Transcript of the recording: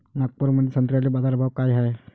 नागपुरामंदी संत्र्याले बाजारभाव काय हाय?